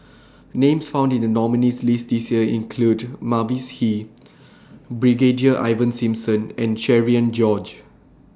Names found in The nominees' list This Year include Mavis Hee Brigadier Ivan Simson and Cherian George